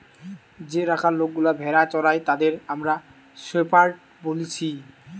যে রাখাল লোকগুলা ভেড়া চোরাই তাদের আমরা শেপার্ড বলছি